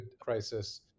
crisis